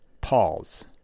Pause